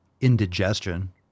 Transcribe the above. indigestion